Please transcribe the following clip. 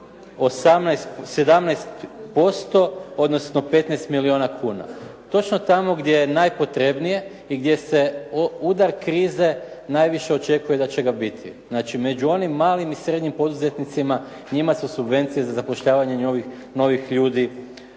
17% odnosno 15 milijuna kuna. Točno tamo gdje je najpotrebnije i gdje se udar krize najviše očekuje da će ga biti. Znači među onim malim i srednjim poduzetnicima njima su subvencije za zapošljavanje novih ljudi